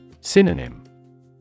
Synonym